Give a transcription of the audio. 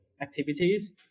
activities